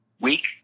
week